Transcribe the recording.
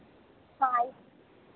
हाँ